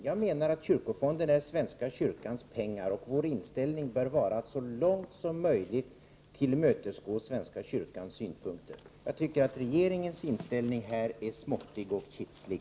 Jag menar att kyrkofonden är svenska kyrkans pengar, och vår inställning bör vara att så långt som möjligt tillmötesgå svenska kyrkans synpunkter. Jag tycker att regeringens inställning härvidlag är både småttig och kitslig.